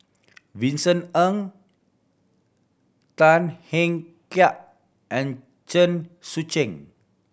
Vincent Ng Tan Hiang Kek and Chen Sucheng